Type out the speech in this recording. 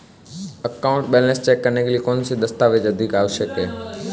Account balance check करने के लिए कौनसे दस्तावेज़ आवश्यक हैं?